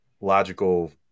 logical